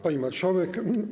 Pani Marszałek!